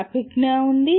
అభిజ్ఞా ఉంది